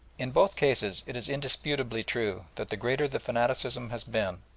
in both cases it is indisputably true that the greater the fanaticism has been,